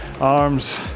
Arms